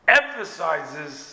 emphasizes